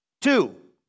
Two